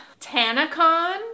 TanaCon